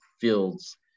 Fields